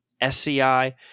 SCI